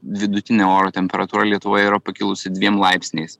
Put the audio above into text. vidutinė oro temperatūra lietuvoje yra pakilusi dviem laipsniais